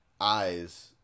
eyes